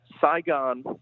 Saigon